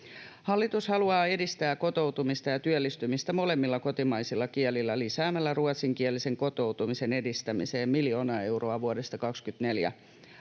Hallitus haluaa edistää kotoutumista ja työllistymistä molemmilla kotimaisilla kielillä lisäämällä ruotsinkielisen kotoutumisen edistämiseen miljoona euroa vuodesta 24